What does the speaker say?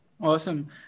Awesome